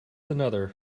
another